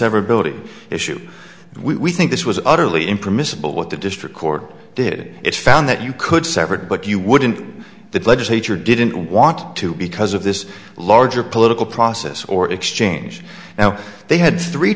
severability issue we think this was utterly impermissible what the district court did it found that you could separate but you wouldn't the legislature didn't want to because of this larger political process or exchange now they had three